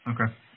Okay